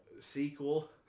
sequel